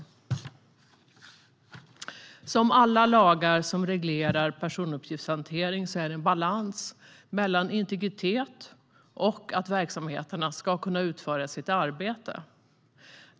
Som när det gäller alla lagar som reglerar personuppgiftshantering är det en balans mellan integritet och att verksamheterna ska kunna utföra sitt arbete.